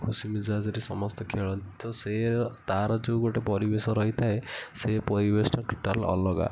ଖୁସି ମିଜାଜ୍ରେ ସମସ୍ତେ ଖେଳନ୍ତି ତ ସେ ତାର ଯେଉଁ ଗୋଟେ ପରିବେଶ ରହିଥାଏ ସେ ପରିବେଶଟା ଟୋଟାଲ୍ ଅଲଗା